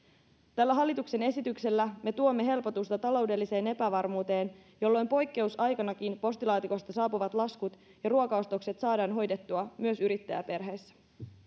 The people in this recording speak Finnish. tällä hallituksen esityksellä me tuomme helpotusta taloudelliseen epävarmuuteen jolloin poikkeusaikanakin postilaatikosta saapuvat laskut ja ruokaostokset saadaan hoidettua myös yrittäjäperheissä